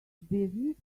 business